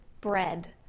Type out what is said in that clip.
bread